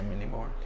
anymore